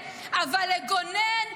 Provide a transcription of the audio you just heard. גדעון,